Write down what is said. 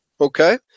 Okay